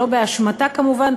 שלא באשמתה כמובן,